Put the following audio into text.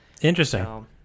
interesting